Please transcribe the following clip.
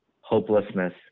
hopelessness